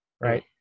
right